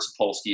Sapolsky